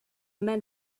men